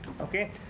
okay